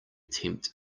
tempt